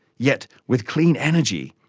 yet, with clean energy,